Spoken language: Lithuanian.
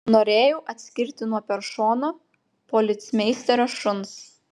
norėjau atskirti nuo peršono policmeisterio šuns